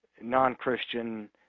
non-Christian